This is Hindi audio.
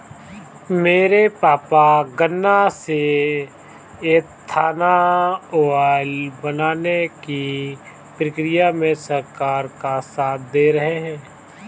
मेरे पापा गन्नों से एथानाओल बनाने की प्रक्रिया में सरकार का साथ दे रहे हैं